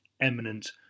eminent